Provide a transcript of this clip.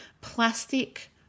plastic